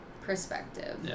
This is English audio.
perspective